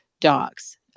dogs